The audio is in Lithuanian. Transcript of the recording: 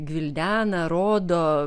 gvildena rodo